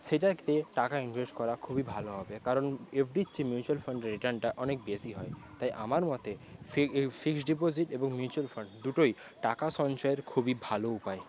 সেটাতে টাকা ইনভেস্ট করা খুবই ভালো হবে কারণ এফডির চেয়ে মিউচুয়াল ফান্ডে রিটার্নটা অনেক বেশি হয় তাই আমার মতে ফিক এই ফিক্সড ডিপোজিট এবং মিউচুয়াল ফান্ড দুটোই টাকা সঞ্চয়ের খুব ভালো উপায়